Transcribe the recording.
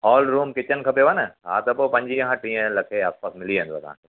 hall room kitchen खपेव न हा त पोइ पंजुवीह खां टीह लख आसपास मिली वेंदव तव्हांखे